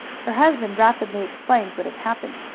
her husband rapidly explained what had happened.